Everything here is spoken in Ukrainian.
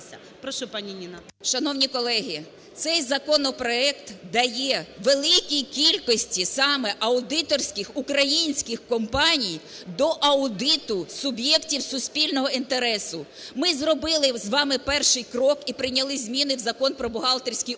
Шановні колеги! Цей законопроект дає великій кількості саме аудиторських українських компаній до аудиту суб'єктів суспільного інтересу. Ми зробили з вами перший крок і прийняли зміни в Закон "Про бухгалтерський облік